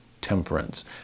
temperance